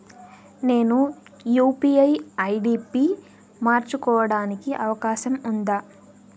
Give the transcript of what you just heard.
నేను UPI ID పి మార్చుకోవడానికి అవకాశం ఉందా?